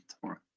tomorrow